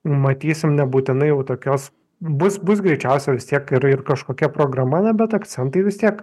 matysim nebūtinai jau tokios bus bus greičiausia vis tiek ir ir kažkokia programa na bet akcentai vis tiek